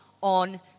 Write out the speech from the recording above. on